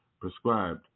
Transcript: prescribed